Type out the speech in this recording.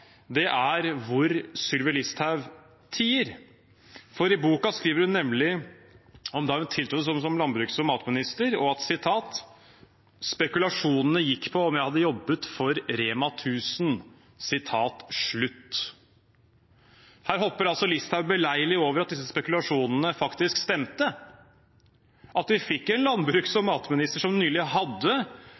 er hvor Sylvi Listhaug tier. I boken skriver hun nemlig om da hun tiltrådte som landbruks- og matminister, og at spekulasjonene gikk på om hun hadde jobbet for Rema 1000. Her hopper Listhaug beleilig over at disse spekulasjonene faktisk stemte, at vi fikk en landbruks- og matminister som nylig hadde